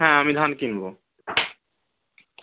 হ্যাঁ আমি ধান কিনবো